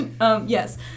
yes